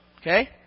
Okay